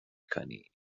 کنی